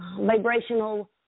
vibrational